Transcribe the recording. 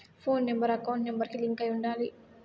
పోను number account number కి link అయ్యి ఉండాలి